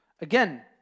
Again